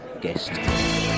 guest